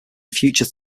future